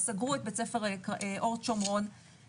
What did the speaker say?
סגרו את בית ספר אורט השומרון,